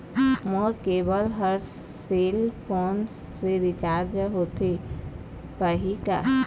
मोर cable हर cell phone से recharge होथे पाही का?